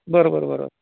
बरं बरं बरं